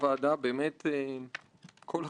גברתי היועצת המשפטית,